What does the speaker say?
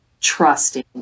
trusting